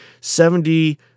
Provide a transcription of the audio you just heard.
Seventy